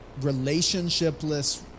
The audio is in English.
relationshipless